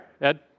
Ed